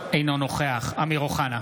(קורא בשמות חברי הכנסת)